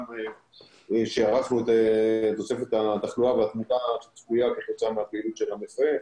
גם כשהערכנו את תוספת התחלואה והתמותה שצפויה כתוצאה מהפעילות של המכרה,